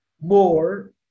more